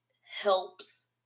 helps